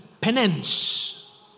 penance